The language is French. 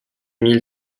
mille